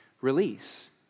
release